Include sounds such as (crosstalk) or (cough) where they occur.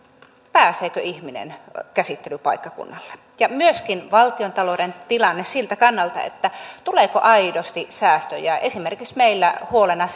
pääseekö ihminen käsittelypaikkakunnalle ja myöskin valtiontalouden tilanne siltä kannalta että tuleeko aidosti säästöjä esimerkiksi meillä on huolena (unintelligible)